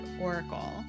Oracle